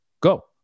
go